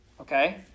okay